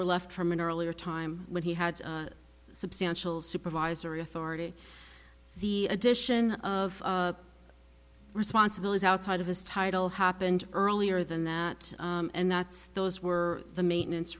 were left from an earlier time when he had substantial supervisory authority the addition of responsible is outside of his title happened earlier than that and that's those were the maintenance